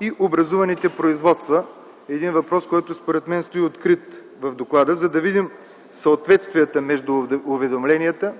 и образуваните производства – един открит въпрос в доклада, за да видим съответствията между уведомленията,